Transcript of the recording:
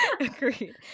Agreed